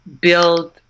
build